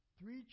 Three